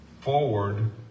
forward